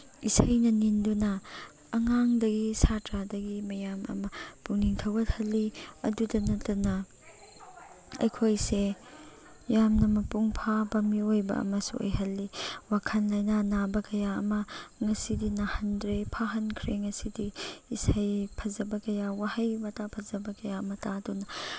ꯏꯁꯩꯅ ꯅꯤꯟꯗꯨꯅ ꯑꯉꯥꯡꯗꯒꯤ ꯁꯥꯇ꯭ꯔꯥꯗꯒꯤ ꯃꯌꯥꯝ ꯑꯃ ꯄꯨꯛꯅꯤꯡ ꯊꯧꯒꯠꯍꯜꯂꯤ ꯑꯗꯨꯇ ꯅꯠꯇꯅ ꯑꯩꯈꯣꯏꯁꯦ ꯌꯥꯝꯅ ꯃꯄꯨꯡ ꯐꯥꯕ ꯃꯤꯑꯣꯏꯕ ꯑꯃꯁꯨ ꯑꯣꯏꯍꯜꯂꯤ ꯋꯥꯈꯜ ꯂꯩꯅꯥ ꯅꯥꯕ ꯀꯌꯥ ꯑꯃ ꯉꯁꯤꯗꯤ ꯅꯥꯍꯟꯗ꯭ꯔꯦ ꯐꯍꯟꯈ꯭ꯔꯦ ꯉꯁꯤꯗꯤ ꯏꯁꯩ ꯐꯖꯕ ꯀꯌꯥ ꯋꯥꯍꯩ ꯋꯇꯥ ꯐꯖꯕ ꯀꯌꯥ ꯑꯃ ꯇꯥꯗꯨꯅ